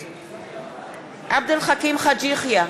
נגד עבד אל חכים חאג' יחיא,